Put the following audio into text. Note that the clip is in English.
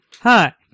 Hi